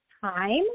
time